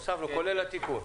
כולל התיקון.